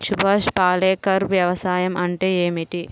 సుభాష్ పాలేకర్ వ్యవసాయం అంటే ఏమిటీ?